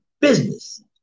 business